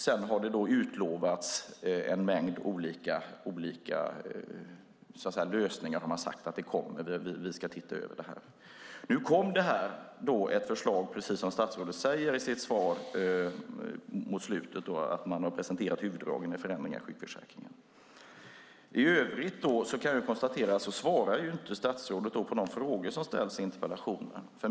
Det har utlovats en mängd olika lösningar. Man har sagt: Det kommer, och vi ska titta över det. Nu kom det ett förslag, precis som statsrådet säger i slutet av sitt svar, där man presenterar huvuddragen i förändringar av sjukförsäkringen. I övrigt kan jag konstatera att statsrådet inte svarar på de frågor som ställs i interpellationen.